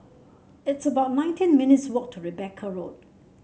it's about nineteen minutes' walk to Rebecca Road